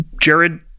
Jared